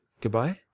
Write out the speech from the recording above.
Goodbye